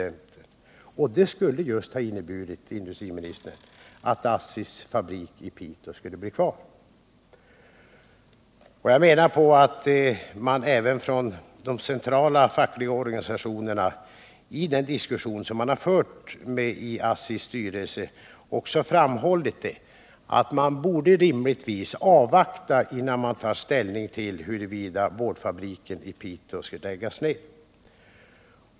Om man tagit hänsyn till det skulle det ha inneburit, herr industriminister, att ASSI:s fabrik i Piteå skulle ha fått bli kvar. De centrala fackliga organisationerna har också i den diskussion som förts med ASSI:s styrelse framhållit att man rimligtvis borde avvakta någon tid innan man tar ställning till huruvida boardfabriken i Piteå skall läggas ner.